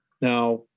Now